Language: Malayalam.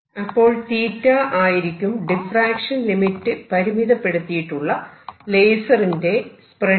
അപ്പോൾ 𝜃 ആയിരിക്കും ഡിഫ്രാക്ഷൻ ലിമിറ്റ് പരിമിതപ്പെടുത്തിയിട്ടുള്ള ലേസറിന്റെ സ്പ്രെഡ്